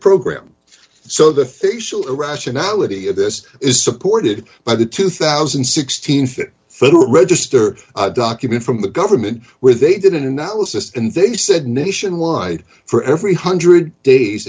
program so the facial irrationality of this is supported by the two thousand and sixteen fit federal register document from the government where they did an analysis and they said nationwide for every one hundred days